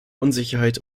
unsicherheit